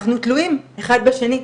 אנחנו תלויים אחד בשני.